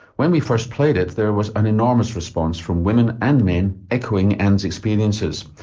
when we first played it, there was an enormous response from women and men echoing ann's experiences.